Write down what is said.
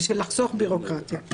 בשביל לחסוך בירוקרטיה.